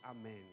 Amen